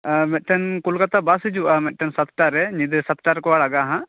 ᱟᱸ ᱢᱤᱫᱴᱟᱝ ᱠᱚᱞᱠᱟᱛᱟ ᱵᱟᱥ ᱦᱤᱡᱩᱜ ᱟ ᱢᱤᱫᱴᱟᱝ ᱥᱟᱛᱴᱟ ᱨᱮ ᱧᱤᱫᱟ ᱥᱟᱛᱴᱟ ᱨᱮᱠᱚ ᱟᱲᱟᱜᱟ ᱦᱟᱸᱜ